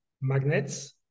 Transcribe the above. magnets